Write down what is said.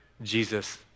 Jesus